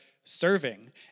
serving